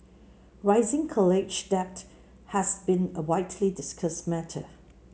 rising college debt has been a widely discussed matter